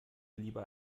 lieber